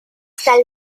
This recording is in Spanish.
está